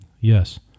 Yes